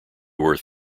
worth